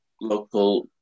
local